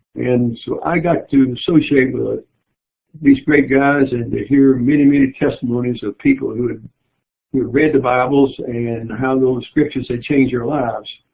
and so i got to associate with these great guys and hear many, many testimonies of people who and had read the bibles and how those scriptures had changed their lives.